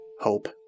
Hope